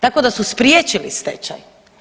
Tako da su spriječili stečaj.